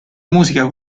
musica